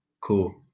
Cool